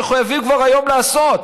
שהם מחויבים כבר היום לעשות,